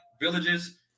villages